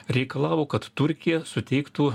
reikalavo kad turkija suteiktų